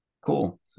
Cool